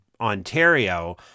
Ontario